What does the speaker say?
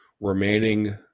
remaining